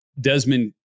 Desmond